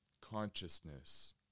consciousness